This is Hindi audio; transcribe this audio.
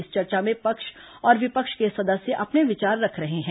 इस चर्चा में पक्ष और विपक्ष के सदस्य अपने विचार रख रहे हैं